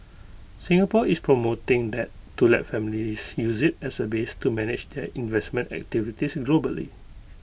Singapore is promoting that to let families use IT as A base to manage their investment activities globally